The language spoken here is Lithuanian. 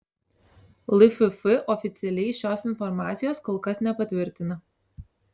lff oficialiai šios informacijos kol kas nepatvirtina